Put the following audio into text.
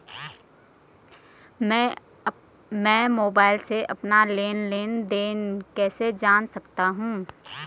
मैं मोबाइल से अपना लेन लेन देन कैसे जान सकता हूँ?